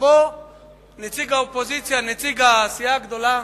שבה נציג האופוזיציה, נציג הסיעה הגדולה